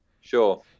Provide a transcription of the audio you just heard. sure